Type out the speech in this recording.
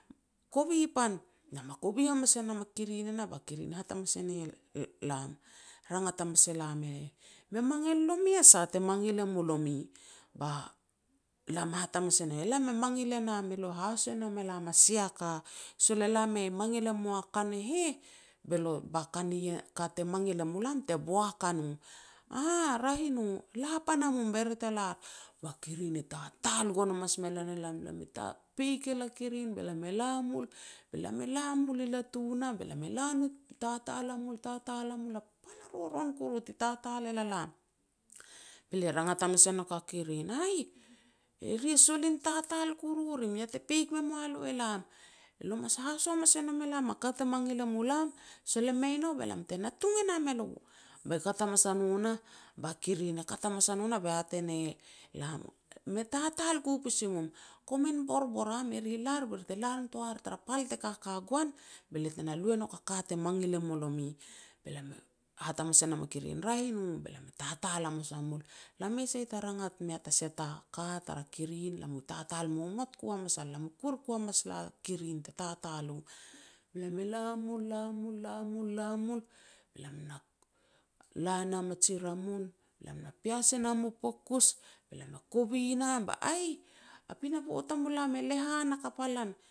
"Kovi pan." Lam hakovi hamas e nam a kirin e nah ba kirin e hat hamas e ne lam, rangat hamas elam e heh, "Me mangil nomi a sah te mangil e mulomi." Ba elam e hat hamas e nam eiau, "Lam e mangil e nam e lo e haso e nom elam a sia ka, sol e lam e mangil e mua ka ne heh, ba ka te mangil e mulam te boak a no." "Aah, raeh i no, la pan a mum be ri te lar." Ba kirin e tatal gon hamas me lan e lam, peik el a kirin be lam e la mul, be lam e la mul i latu nah, lam e tatal a mul, tatal a mul, a pal a roron kuru ti tatal el la lam, be lia rangat hamas e nouk a kirin, "Aih, e ri e solin tatal kuru rim, ya te peik me moa lo elam, elo e mas haso hamas e nom elam a ka te mangil e mulam, sol e mei nou be lam te natung e nam elo." Be kat hamas a no nah, ba kirin e kat hamas a no nah be hat e ne lam, "Me tatal ku pasi mum, komin borbor am, e ri e lar be ri te la nitoar tara pal te ka ka goan, be lia te na lu e nouk a ka te mangil e mu lomi." Be lam e hat hamas e nam a kirin, "Raeh i no." Be lam e tatal hamas a mul, lam mei sai ta rangat me ta sia ta ka tara kirin, lam mu tatal momot ku hamas al, lam i kuer ku hamas el a kirin te tatal u. Be lam e la mul, la mul, la mul, be lam na la nam a ji ramun, be lam na pias e nam u pokus, be lam e kovi nam, ba, "Aih, a pinapo tamulam e lehan hakap a lan